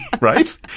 right